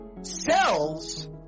cells